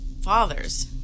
fathers